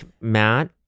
Matt